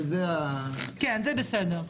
כן, זה בסדר.